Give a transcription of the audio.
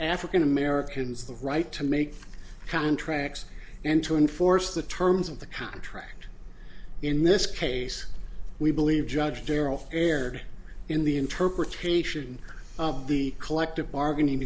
african americans the right to make contracts and to enforce the terms of the contract in this case we believe judge darryl erred in the interpretation of the collective bargaining